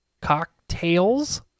Cocktails